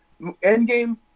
Endgame